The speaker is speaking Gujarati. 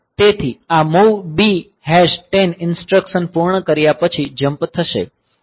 તેથી આ mov b10 ઇન્સ્ટ્રક્સન પૂર્ણ કર્યા પછી જમ્પ થશે